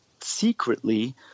secretly